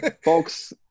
Folks